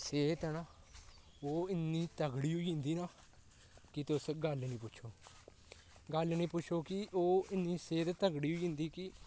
सेह्त ऐ ना ओह् इ'न्नी तगड़ी होई जंदी ना कि तुस गल्ल निं पुच्छो गल्ल निं पुच्छो की ओह् इ'न्नी सेह्त तगड़ी होई जंदी की